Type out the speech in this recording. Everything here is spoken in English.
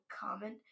comment